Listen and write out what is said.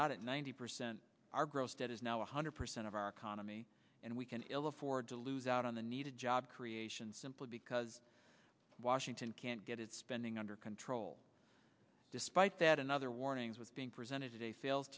not at ninety percent our gross debt is now one hundred percent of our economy and we can ill afford to lose out on the needed job creation simply because washington can't get its spending under control despite that another warnings with being presented today fails